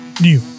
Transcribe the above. new